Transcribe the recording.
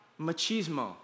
machismo